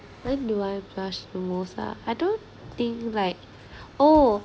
when do I blush the most ah I don't think like oh